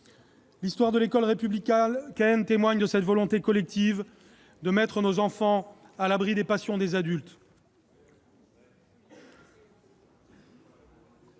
L'histoire de l'école républicaine témoigne de cette volonté collective de mettre nos enfants à l'abri des passions des adultes.